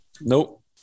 Nope